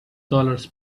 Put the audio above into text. dollars